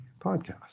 podcast